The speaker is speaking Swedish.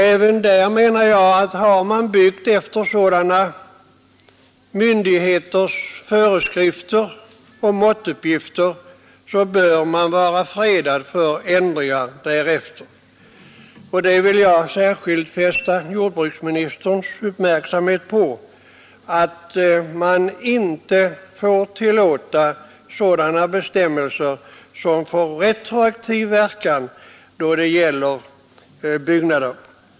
Om man har byggt efter sådana myndigheters föreskrifter och måttuppgifter, bör man som sagt därefter vara fredad för ändringar. Jag vill fästa jordbruksministerns uppmärksamhet på att sådana bestämmelser inte får utfärdas som får retroaktiv verkan då det gäller byggnader.